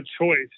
choice